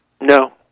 No